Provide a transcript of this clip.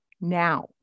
now